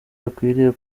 akwiriye